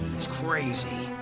he's crazy.